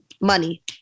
Money